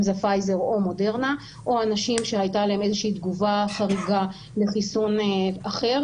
או אנשים שהייתה להם איזה שהיא תגובה חריגה לחיסון אחר